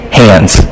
hands